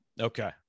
Okay